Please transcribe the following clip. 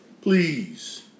Please